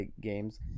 games